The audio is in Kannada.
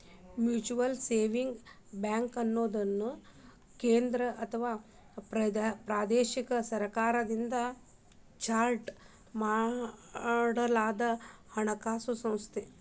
ಮ್ಯೂಚುಯಲ್ ಸೇವಿಂಗ್ಸ್ ಬ್ಯಾಂಕ್ಅನ್ನುದು ಕೇಂದ್ರ ಅಥವಾ ಪ್ರಾದೇಶಿಕ ಸರ್ಕಾರದಿಂದ ಚಾರ್ಟರ್ ಮಾಡಲಾದಹಣಕಾಸು ಸಂಸ್ಥೆ